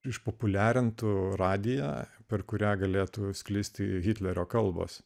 išpopuliarintų radiją per kurią galėtų sklisti hitlerio kalbos